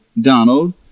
Donald